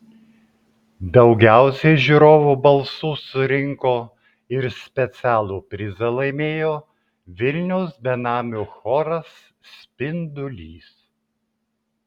daugiausiai žiūrovų balsų surinko ir specialų prizą laimėjo vilniaus benamių choras spindulys